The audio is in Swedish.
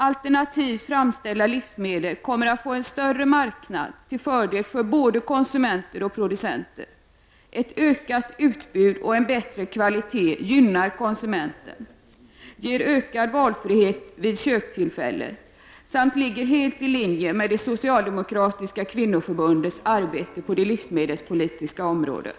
Alternativt framställda livsmedel kommer att få en större marknad till fördel för både konsumenter och producenter. Ett ökat utbud och en bättre kvalitet gynnar konsumenten, ger ökad valfrihet vid köptillfället, samt ligger helt i linje med socialdemokratiska kvinnoförbundets arbete på det livsmedelspolitiska området.